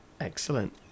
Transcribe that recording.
Excellent